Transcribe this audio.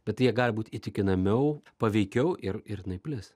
bet jie gali būt įtikinamiau paveikiau ir ir jinai plis